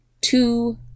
two